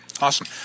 awesome